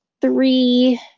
three